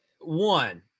One